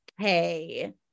okay